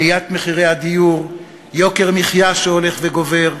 עליית מחירי הדיור, יוקר המחיה שהולך וגובר,